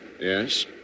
Yes